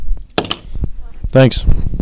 Thanks